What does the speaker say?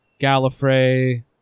Gallifrey